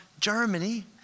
Germany